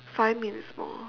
five minutes more